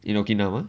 in okinawa